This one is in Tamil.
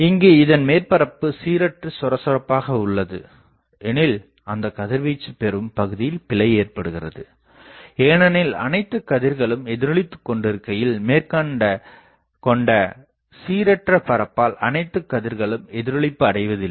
இங்கு இதன் மேற்பரப்பு சீரற்று சொரசொரப்பாக உள்ளது எனில் அந்தக் கதிர்வீச்சு பெறும் பகுதியில் பிழை ஏற்படுகிறது ஏனெனில் அனைத்து கதிர்களும் எதிரொளித்துக் கொண்டு இருக்கையில் மேற்கொண்ட சீரற்ற பரப்பால் அனைத்து கதிர்களும் எதிரொளிப்பு அடைவதில்லை